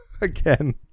Again